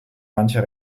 mancher